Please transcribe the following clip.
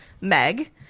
Meg